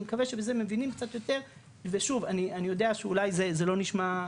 אני מקווה שבזה מבינים קצת יותר ושוב אני יודע שאולי זה לא נשמע,